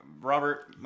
Robert